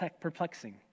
Perplexing